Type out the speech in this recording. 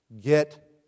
get